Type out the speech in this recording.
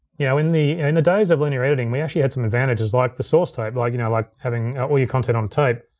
yeah in the and days of linear editing, we actually had some advantages like the source tape, like you know like having all your content on tape.